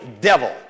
devil